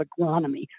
agronomy